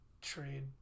trade